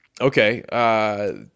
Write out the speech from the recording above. Okay